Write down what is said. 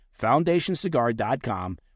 foundationcigar.com